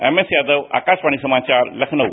MS Yadav Akashvani समाचार लखनऊ